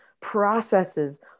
processes